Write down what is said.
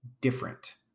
different